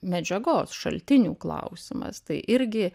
medžiagos šaltinių klausimas tai irgi